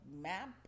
map